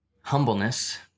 humbleness